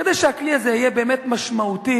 כדי שהכלי הזה יהיה באמת משמעותי,